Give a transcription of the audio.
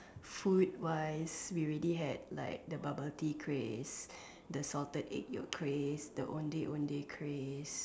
food wise we already had like the bubble tea craze the salted egg Yolk craze the ondeh-ondeh craze